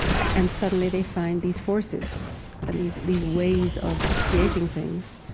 and suddenly they find these forces and these these ways of of creating things